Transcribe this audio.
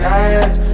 eyes